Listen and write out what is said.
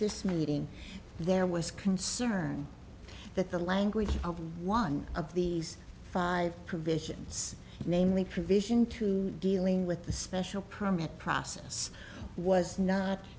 this meeting there was concern that the language of one of these five provisions namely provision to dealing with the special permit process was not